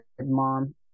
mom